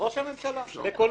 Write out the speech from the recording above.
ראש הממשלה בקולו.